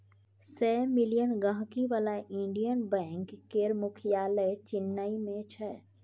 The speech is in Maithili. सय मिलियन गांहिकी बला इंडियन बैंक केर मुख्यालय चेन्नई मे छै